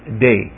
day